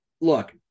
Look